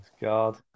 God